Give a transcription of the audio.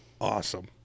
awesome